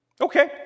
Okay